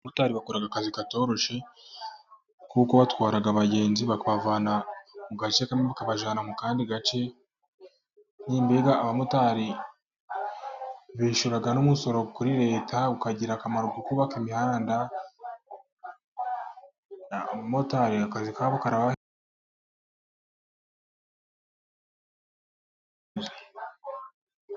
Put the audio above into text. Abamotari bakora akazi katoroshye, kuko batwara abagenzi bakavana mu gace kamwe bakabajyana mu kandi gace, mbega abamotari bishyura n'umusoro kuri Leta ukagira akamaro ku kubaka imihanda, abamotari akazi kabo karabatunze.